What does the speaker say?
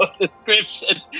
description